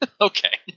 Okay